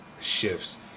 shifts